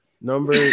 Number